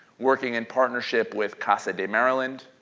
working in partnership with casa de maryland,